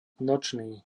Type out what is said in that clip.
nočný